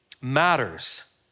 matters